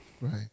Right